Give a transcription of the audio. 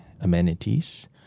amenities